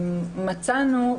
מצאנו,